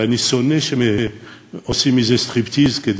ואני שונא שעושים מזה סטריפטיז.